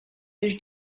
już